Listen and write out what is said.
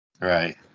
Right